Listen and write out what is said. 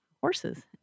horses